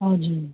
हजुर